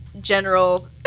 general